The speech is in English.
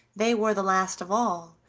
they were the last of all,